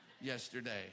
yesterday